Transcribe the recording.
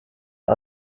den